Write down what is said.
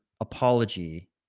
apology